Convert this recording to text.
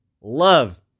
love